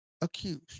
accused